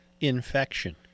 Infection